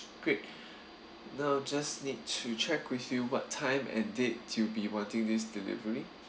great now just need to check with you what time and date you be wanting this delivery